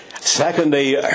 Secondly